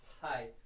Hi